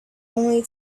only